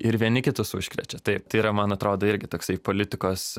ir vieni kitus užkrečia taip tai yra man atrodo irgi toksai politikos